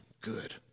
good